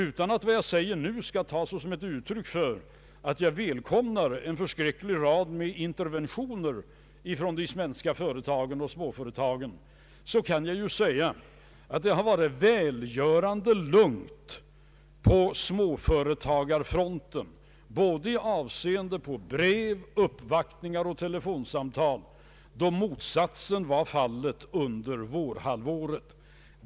Utan att vad jag nu säger skall tas som ett uttryck för att jag välkomnar en förskräcklig rad interventioner från de svenska småföretagen, kan jag säga att det har varit välgörande lugnt på småföretagarfronten både i avseende på brev, uppvaktningar och telefonsamtal, medan motsatsen var fallet under vårhalvåret.